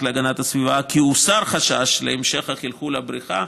להגנת הסביבה כי הוסר חשש להמשך החלחול לבריכה,